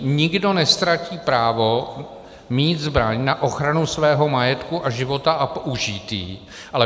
Nikdo neztratí právo mít zbraň na ochranu svého majetku a života a použít ji.